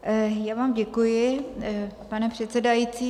Já vám děkuji, pane předsedající.